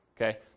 okay